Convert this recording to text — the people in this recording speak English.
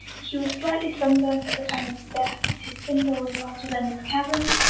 he was slightly sunburnt at the time of his death, his cymba was larger than his cavum,